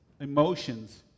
emotions